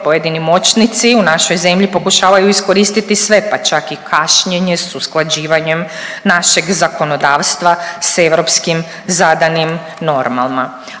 pojedini moćnici u našoj zemlji pokušavaju iskoristi sve pa čak i kašnjenje s usklađivanjem našeg zakonodavstva s europskim zadanim normama.